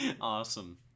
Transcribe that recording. awesome